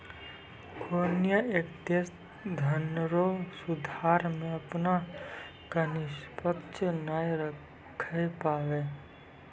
कोनय एक देश धनरो सुधार मे अपना क निष्पक्ष नाय राखै पाबै